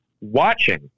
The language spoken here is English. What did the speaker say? watching